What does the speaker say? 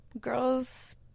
girls